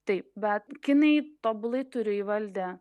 taip bet kinai tobulai turi įvaldę